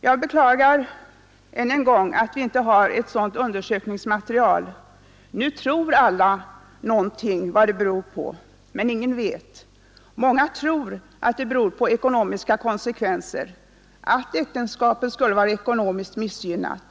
Jag beklagar ännu en gång att vi inte har ett sådant undersökningsmaterial. Nu tror alla att det beror på någonting, men ingen vet. Många tror att det beror på ekonomiska konsekvenser, på att äktenskapet skulle vara ekonomiskt missgynnat.